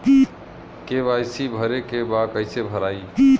KYC भरे के बा कइसे भराई?